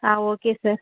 ah okay sir